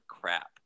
crap